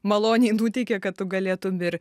maloniai nuteikia kad tu galėtum ir